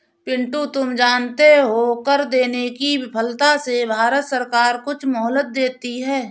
पिंटू तुम जानते हो कर देने की विफलता से भारत सरकार कुछ मोहलत देती है